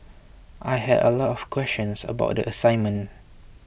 I had a lot of questions about the assignment